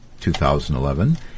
2011